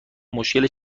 مشکل